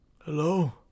Hello